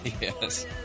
Yes